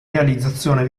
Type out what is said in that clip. realizzazione